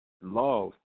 love